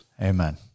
Amen